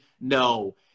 no